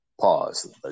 pause